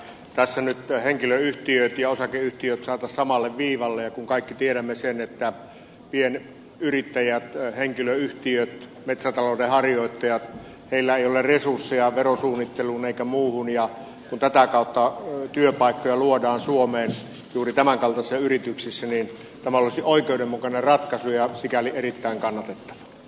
tässä nyt henkilöyhtiöt ja osakeyhtiöt saataisiin samalle viivalle ja kun kaikki tiedämme sen että pienyrittäjillä henkilöyhtiöillä metsätalouden harjoittajilla ei ole resursseja verosuunnitteluun eikä muuhun ja kun tätä kautta työpaikkoja luodaan suomeen juuri tämänkaltaisissa yrityksissä niin tämä olisi oikeudenmukainen ratkaisu ja sikäli erittäin kannatettava